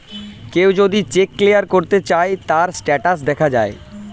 কেউ যদি cheque clear করতে চায়, তার স্টেটাস দেখা যায়